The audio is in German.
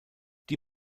die